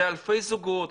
זה אלפי זוגות,